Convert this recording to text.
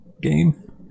game